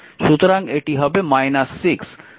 সুতরাং এটি হবে 6